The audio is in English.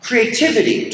Creativity